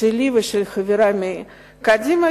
שלי ושל חברי מקדימה,